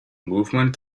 movement